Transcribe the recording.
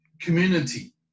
Community